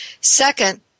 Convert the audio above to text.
Second